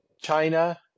China